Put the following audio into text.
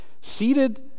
Seated